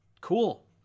cool